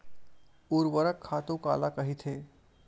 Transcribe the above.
ऊर्वरक खातु काला कहिथे?